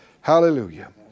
Hallelujah